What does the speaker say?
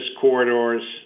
corridors